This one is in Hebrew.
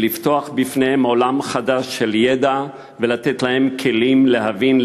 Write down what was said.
לפתוח בפניהם עולם חדש של ידע ולתת להם כלים להבין,